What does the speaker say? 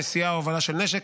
נשיאה או הובלה של נשק,